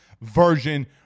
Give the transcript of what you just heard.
version